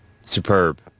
Superb